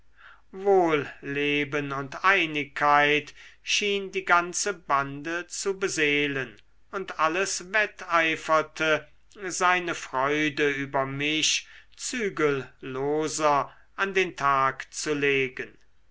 wohlleben und einigkeit schien die ganze bande zu beseelen und alles wetteiferte seine freude über mich zügelloser an den tag zu legen